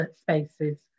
spaces